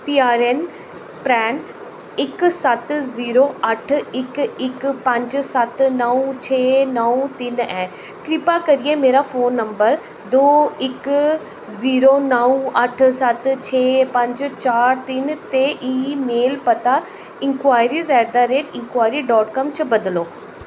पी R N परेन इक सत्त जीरो अट्ठ इक इक पंज सत नौ छे नौ तिन ऐ कृपा करियै मेरा फोन नम्बर दो इक जीरो नौ अट्ठ सत्त छे पंज चार तिन ते इमेल पता inquiry at the rate inquiry dot com च बदलो